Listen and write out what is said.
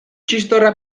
txistorra